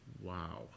wow